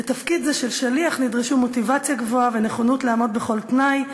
לתפקיד זה של שליח נדרשו מוטיבציה גבוהה ונכונות לעמוד בכל תנאי,